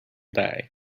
day